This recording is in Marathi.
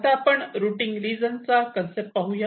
आता आपण रुटींग रिजन चा कन्सेप्ट पाहूया